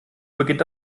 beginnt